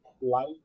light